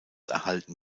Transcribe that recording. erhalten